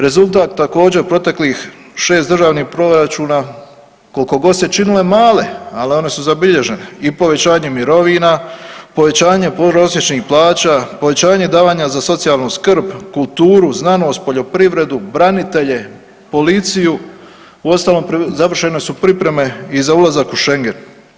Rezultat također, proteklih 6 državnih Proračuna, koliko god se činile male, ali one su zabilježene, i povećanje mirovina, povećanje prosječnih plaća, povećanja davanja za socijalnu skrb, kulturu, znanost, poljoprivredu, branitelje, policiju, u ostalom završene su pripreme za ulazak u Schengen.